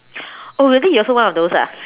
oh really you also one of those ah